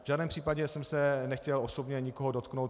V žádném případě jsem se nechtěl osobně nikoho dotknout.